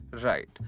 Right